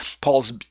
Paul's